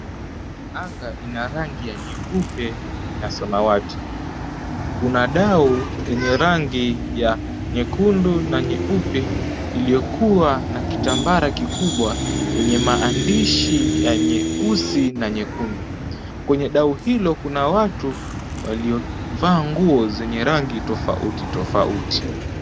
Anga ina rangi ya nyeupe na samawati. Kuna dau yenye rangi ya nyekundu na nyeupe iliyokuwa na kitambara kikubwa yenye maandishi ya nyeusi na nyekundu. Kwenye dau hilo, kuna watu waliovaa nguo zenye rangi tofauti tofauti.